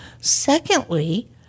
Secondly